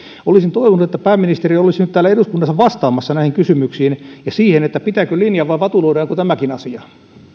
olisin toivonut että pääministeri olisi nyt täällä eduskunnassa vastaamassa näihin kysymyksiin ja siihen pitääkö linja vai vatuloidaanko tämäkin asia